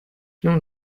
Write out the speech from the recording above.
non